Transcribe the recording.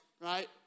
right